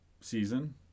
season